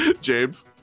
James